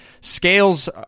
scales